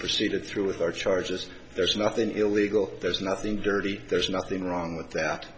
proceeded through with our charges there's nothing illegal there's nothing dirty there's nothing wrong with that